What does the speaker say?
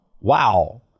Wow